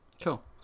cool